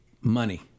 money